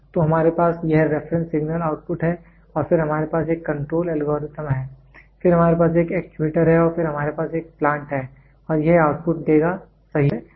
तो हमारे पास यह रेफरेंस सिगनल इनपुट है और फिर हमारे पास एक कंट्रोल एल्गोरिथ्म है फिर हमारे पास एक एक्ट्यूएटर है फिर हमारे पास एक प्लांट है और यह आउटपुट देगा सही है